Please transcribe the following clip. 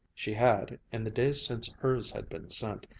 she had, in the days since hers had been sent,